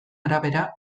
arabera